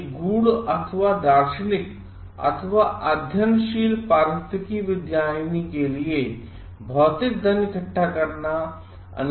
एक गूढ़ अथवा दार्शनिक अथवा अध्य्यनशील पारिस्थितिकी विज्ञानी के लिए भौतिक धन इकट्ठाकरनाअनैतिकमाना जाता है